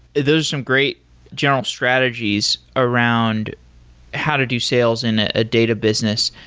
there're some great general strategies around how to do sales in a data business.